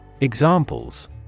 Examples